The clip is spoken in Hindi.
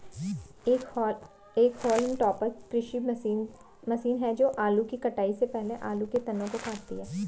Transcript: एक होल्म टॉपर कृषि मशीन है जो आलू की कटाई से पहले आलू के तनों को काटती है